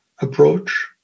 approach